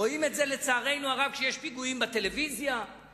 רואים את זה לצערנו הרב בטלוויזיה כשיש פיגועים,